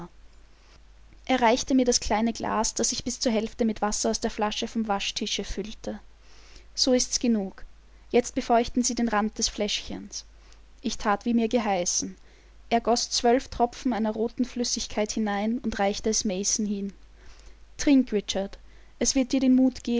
reichte mir das kleine glas das ich bis zur hälfte mit wasser aus der flasche vom waschtische füllte so ist's genug jetzt befeuchten sie den rand des fläschchens ich that wie mir geheißen er goß zwölf tropfen einer roten flüssigkeit hinein und reichte es mason hin trink richard es wird dir den mut